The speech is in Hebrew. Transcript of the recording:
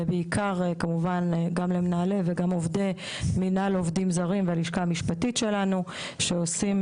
ובעיקר למנהלי ועובדי מנהל עובדים זרים בלשכה המשפטית שלנו שעושים,